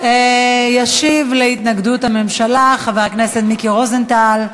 ישיב על התנגדות הממשלה חבר הכנסת מיקי רוזנטל.